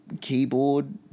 keyboard